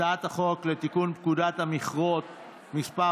הצעת חוק לתיקון פקודת המכרות (מס'